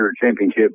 championship